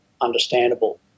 understandable